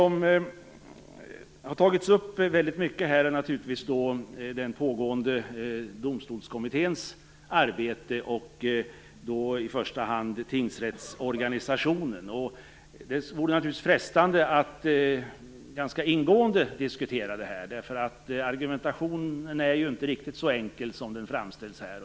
Man har naturligtvis i stor utsträckning tagit upp det pågående arbetet i Domstolskommittén, i första hand arbetet med tingsrättsorganisationen. Det vore naturligtvis frestande att ganska ingående diskutera det. Argumentationen är ju inte riktigt så enkel som det framställs här.